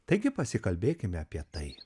taigi pasikalbėkime apie tai